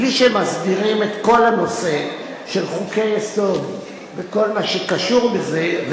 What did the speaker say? בלי שמסדירים את כל הנושא של חוקי-יסוד וכל מה שקשור בזה,